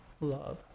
love